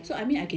okay